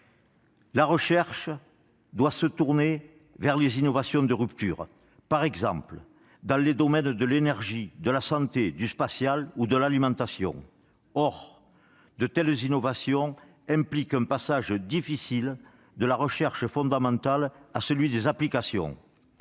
La recherche doit se tourner vers les innovations de rupture, par exemple dans les domaines de l'énergie, de la santé, du spatial ou de l'alimentation. Or de telles innovations impliquent un passage- difficile -de la recherche fondamentale au champ des applications.